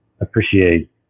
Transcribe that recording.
appreciate